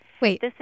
Wait